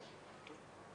בסיכון,